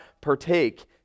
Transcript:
partake